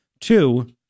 Two